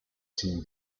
seem